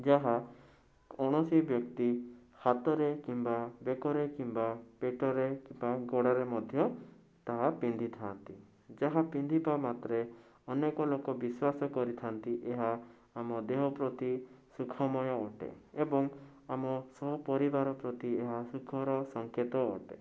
ଯାହା କୌଣସି ବ୍ୟକ୍ତି ହାତରେ କିମ୍ବା ବେକରେ କିମ୍ବା ପେଟରେ କିମ୍ବା ଗୋଡ଼ରେ ମଧ୍ୟ ତାହା ପିନ୍ଧିଥାନ୍ତି ଯାହା ପିନ୍ଧିବା ମାତ୍ରେ ଅନେକ ଲୋକ ବିଶ୍ଵାସ କରିଥାନ୍ତି ଏହା ଆମ ଦେହପ୍ରତି ସୁଖମୟ ଅଟେ ଏବଂ ଆମ ସପରିବାର ପ୍ରତି ଏହା ସୁଖର ସଙ୍କେତ ଅଟେ